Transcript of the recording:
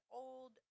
old